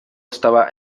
estaba